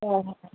অ